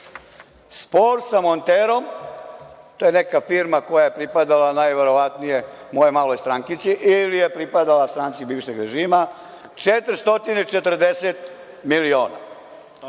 spor sa „Monterom“, to je neka firma koja je pripadala najverovatnije mojoj maloj strankici ili je pripadala stranci bivšeg režima, 440 miliona.